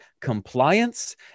compliance